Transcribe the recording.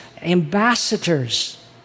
ambassadors